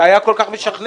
זה היה כל כך משכנע.